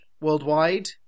worldwide